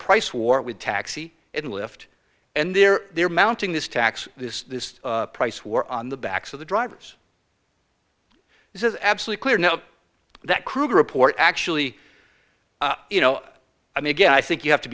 price war with taxi and lift and they're they're mounting this tax this this price war on the backs of the drivers this is absolutely clear now that krueger report actually you know i mean again i think you have to